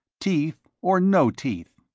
teeth or no teeth.